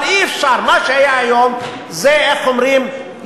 אבל אי-אפשר, מה שהיה היום זה, איך אומרים?